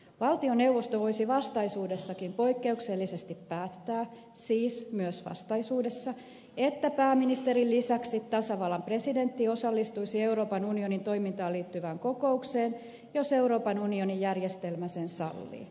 valtioneuvosto voisi vastaisuudessakin poikkeuksellisesti päättää siis myös vastaisuudessa että pääministerin lisäksi tasavallan presidentti osallistuisi euroopan unionin toimintaan liittyvään kokoukseen jos euroopan unionin järjestelmä sen sallii